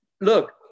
Look